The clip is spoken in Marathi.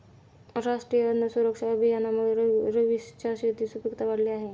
राष्ट्रीय अन्न सुरक्षा अभियानामुळे रवीशच्या शेताची सुपीकता वाढली आहे